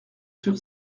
sur